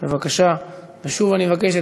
אמרתי משהו נגד הממשלה,